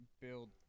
build